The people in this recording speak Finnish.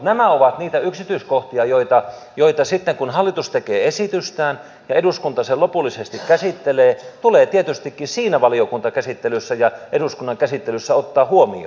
nämä ovat niitä yksityiskohtia jotka sitten kun hallitus tekee esitystään ja eduskunta sen lopullisesti käsittelee tulee tietystikin siinä valiokuntakäsittelyssä ja eduskunnan käsittelyssä ottaa huomioon